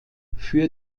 für